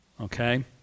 okay